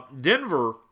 Denver